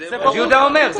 זה מה שיהודה אומר.